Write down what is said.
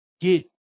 get